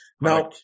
Now